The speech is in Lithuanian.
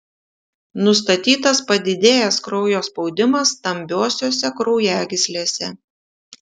nustatytas padidėjęs kraujo spaudimas stambiosiose kraujagyslėse